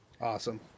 Awesome